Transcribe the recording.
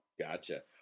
Gotcha